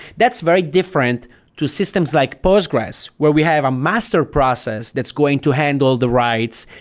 that's very different to systems like postgres where we have a master process that's going to handle the writes,